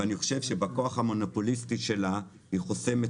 ואני חושב שבכוח המונופוליסטי שלה היא חוסמת